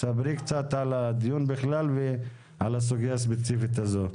ספרי קצת על הדיון בכלל ועל הסוגיה הספציפית הזאת.